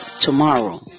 tomorrow